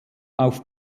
auf